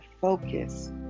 focus